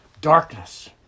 darkness